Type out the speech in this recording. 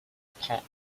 prend